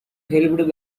helped